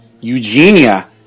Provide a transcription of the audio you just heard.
Eugenia